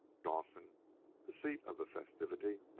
dawson the seat of the festivity.